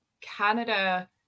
Canada